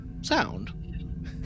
sound